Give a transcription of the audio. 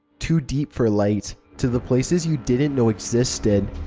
too deep for light. to the places you didn't know existed.